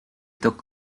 took